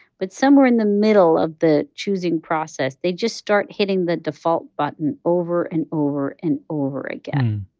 but somewhere in the middle of the choosing process, they just start hitting the default button over and over and over again.